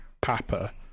papa